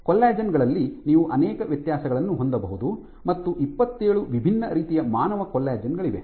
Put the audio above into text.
collagen ಗಳಲ್ಲಿ ನೀವು ಅನೇಕ ವ್ಯತ್ಯಾಸಗಳನ್ನು ಹೊಂದಬಹುದು ಮತ್ತು ಇಪ್ಪತ್ತೇಳು ವಿಭಿನ್ನ ರೀತಿಯ ಮಾನವ ಕೊಲ್ಲಾಜೆನ್ ಗಳಿವೆ